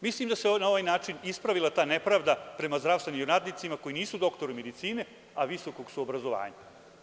Mislim da se na ovaj način ispravila ta nepravda prema zdravstvenim radnicima koji nisu doktori medicine, a visokog su obrazovanja.